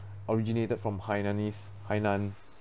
originated from hainanese hainan